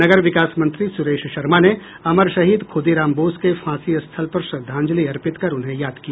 नगर विकास मंत्री सुरेश शर्मा ने अमर शहीद खुदीराम बोस के फांसी स्थल पर श्रद्वांजलि अर्पित कर उन्हें याद किया